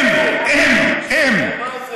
מה זה?